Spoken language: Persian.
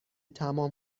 تمام